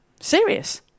Serious